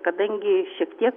kadangi šiek tie